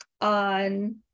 on